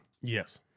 Yes